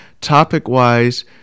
Topic-wise